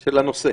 של הנושא.